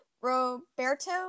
Roberto